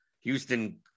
Houston